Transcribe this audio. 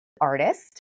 artist